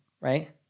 right